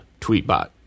Tweetbot